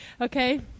okay